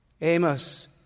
Amos